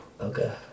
okay